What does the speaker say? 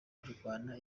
arwana